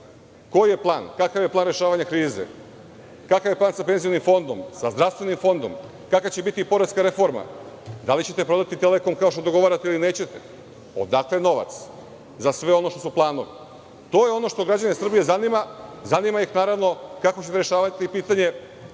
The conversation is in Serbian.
koji je plan, kakav je plan rešavanja krize, kakav je plan sa penzionim fondom, zdravstvenim fondom, kakva će biti poreska reforma, da li ćete prodati „Telekom“, kao što dogovarate, ili nećete. Odakle novac za sve ono što su planovi? To je ono što građane Srbije zanima. Zanima ih i kako će rešavati pitanje